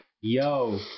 Yo